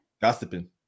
Gossiping